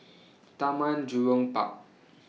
Taman Jurong Park